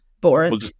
boring